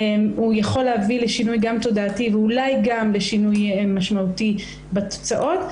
הוא יכול להביא לשינוי גם תודעתי ואולי גם לשינוי משמעותי בתוצאות.